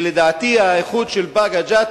לדעתי האיחוד של באקה ג'ת